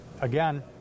again